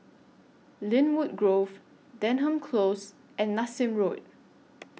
Lynwood Grove Denham Close and Nassim Road